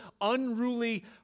unruly